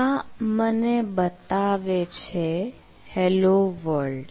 આ મને બતાવે છે હેલો વર્લ્ડ